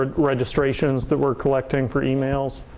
ah registrations that we're collecting for emails?